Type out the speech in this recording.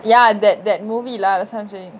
ya that that movie lah some saying